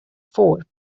fort